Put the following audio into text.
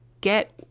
get